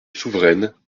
souveraine